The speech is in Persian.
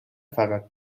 فقط